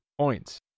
points